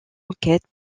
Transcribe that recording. enquête